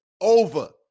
over